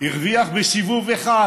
הרוויח בסיבוב אחד